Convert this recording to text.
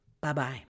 Bye-bye